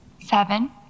Seven